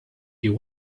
you